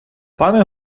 пане